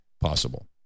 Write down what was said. possible